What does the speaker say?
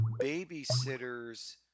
babysitters